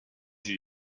you